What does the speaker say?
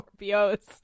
Scorpios